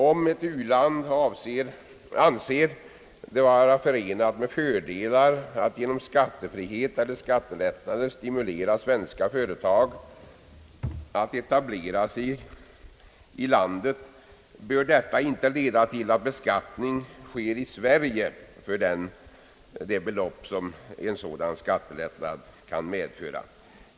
Om ett u-land anser det vara förenat med fördelar att genom skattefrihet eller skattelättnader stimulera svenska företag att etablera sig i landet, bör detta inte leda till att beskattning sker i Sverige med det belopp som en sådan skattelättnad kan medföra.